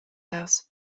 house